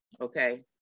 Okay